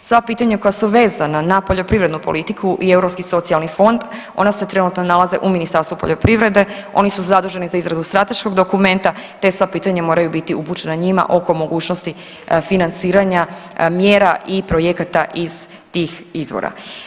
Sva pitanja koja su vezana na poljoprivrednu politiku i Europski socijalni fond ona se trenutno nalaze u Ministarstvu poljoprivrede, oni su zaduženi za izradu strateškog dokumenta te sva pitanja moraju biti upućena njima oko mogućnosti financiranja mjera i projekta iz tih izvora.